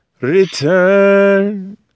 Return